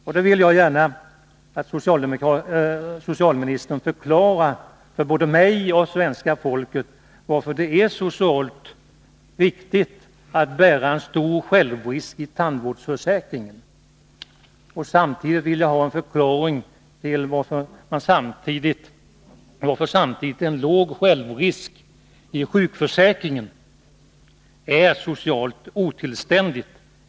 Jag vill gärna att socialministern förklarar för både mig och svenska folket varför det är socialt riktigt att bära en stor självrisk i tandvårdsförsäkringen medan en liten självrisk i sjukförsäkringen enligt 179 socialdemokraterna är socialt otillständig.